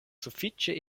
sufiĉe